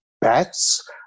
bats